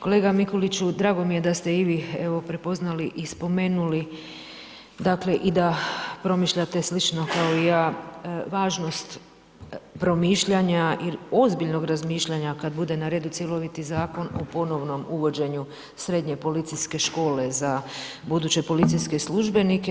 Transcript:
Kolega Mikuliću drago mi je da ste i evo prepoznali i spomenuli dakle i da promišljate slično kao i ja, važnost promišljanja i ozbiljnog razmišljanja kad bude na redu cjeloviti zakon o ponovnom uvođenju srednje policijske škole za buduće policijske službenike.